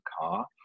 car